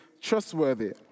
trustworthy